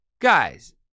Guys